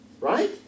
Right